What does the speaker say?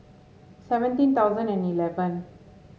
seventeen thousand and eleven